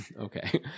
Okay